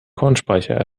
kornspeicher